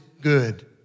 good